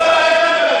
טובחים בהם בסוריה.